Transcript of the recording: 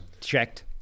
checked